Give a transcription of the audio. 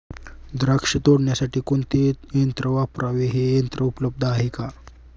द्राक्ष तोडण्यासाठी कोणते यंत्र वापरावे? हे यंत्र उपलब्ध आहे का?